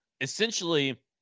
Essentially